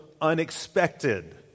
unexpected